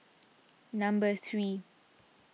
number three